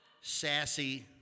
Sassy